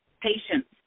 patients